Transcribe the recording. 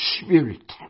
Spirit